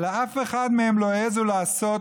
אבל לאף אחד מהם לא העזו לעשות,